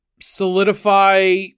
solidify